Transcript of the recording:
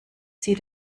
sie